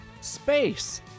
space